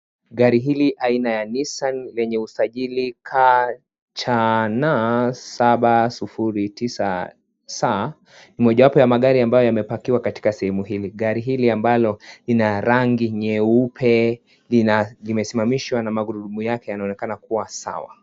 Gari hili aina ya Nissan lenye usajiri KCN saba sufuli tisa S ni mojawapo ya magari ambayo yamepakiwa katika sehemu hili gari hili ambalo lenye rangi nyeupe limesimamishwa na magurudumu yake yanaonekana kuwa sawa.